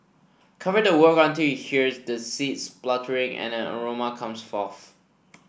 cover the wok until you hear the seeds spluttering and an aroma comes forth